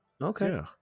Okay